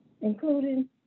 including